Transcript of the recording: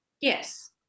Yes